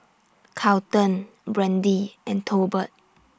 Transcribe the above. Carlton Brandee and Tolbert